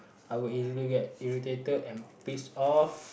I would easily get irritated and pissed off